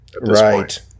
Right